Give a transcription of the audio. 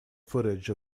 footage